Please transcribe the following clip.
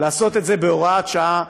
לעשות את זה בהוראת שעה,